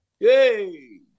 Yay